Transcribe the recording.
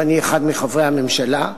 ואני אחד מחברי הממשלה.